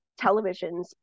televisions